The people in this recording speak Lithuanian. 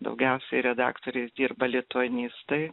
daugiausiai redaktoriais dirba lituanistai